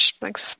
Thanks